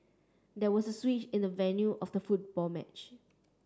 there was a switch in the venue of the football match